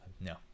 no